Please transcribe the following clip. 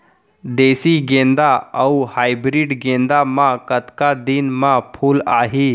देसी गेंदा अऊ हाइब्रिड गेंदा म कतका दिन म फूल आही?